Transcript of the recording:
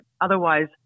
Otherwise